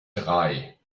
drei